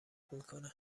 میکنه